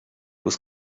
was